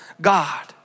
God